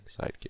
sidekick